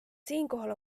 siinkohal